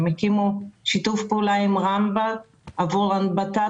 הם הקימו שיתוף פעולה עם רמב"ם עבור הנבטת